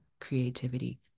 creativity